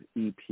EP